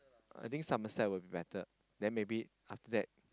I think Somerset will be better then maybe after that